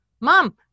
mom